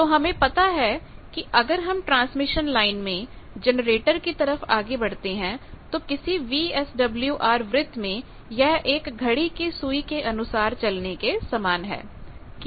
तो हमें पता है कि अगर हम ट्रांसमिशन लाइन में जनरेटर की तरफ आगे बढ़ते हैं तो किसी वीएसडब्ल्यूआर वृत्त में यह एक घड़ी की सुई के अनुसार चलने के समान है